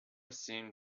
seemed